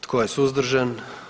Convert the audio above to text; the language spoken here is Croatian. Tko je suzdržan?